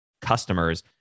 customers